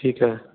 ਠੀਕ ਹੈ